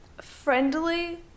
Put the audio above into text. friendly